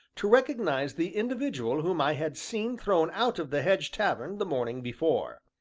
to recognize the individual whom i had seen thrown out of the hedge tavern the morning before.